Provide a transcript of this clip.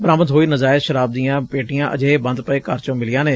ਬਰਾਮਦ ਹੋਈ ਨਜਾਇਜ਼ ਸ਼ਰਾਬ ਦੀਆਂ ਪੇਟੀਆਂ ਅਜਿਹੇ ਬੰਦ ਪਏ ਘਰ ਚੋਂ ਮਿਲੀਆਂ ਨੇ